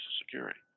Security